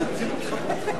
משרד החינוך,